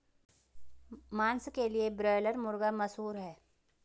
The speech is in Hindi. मांस के लिए ब्रायलर मुर्गा मशहूर है